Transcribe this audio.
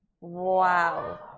Wow